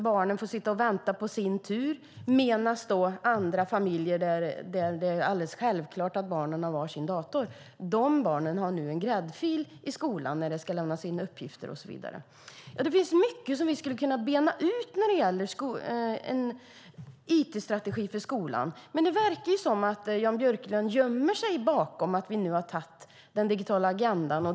Barnen får sitta och vänta på sin tur, medan barn i familjer där det är alldeles självklart att barnen har var sin dator nu har en gräddfil i skolan när det ska lämnas in uppgifter och så vidare. Det finns mycket vi skulle kunna bena ut när det gäller en it-strategi för skolan, men det verkar som om Jan Björklund gömmer sig bakom att vi nu har antagit den digitala agendan.